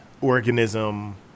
organism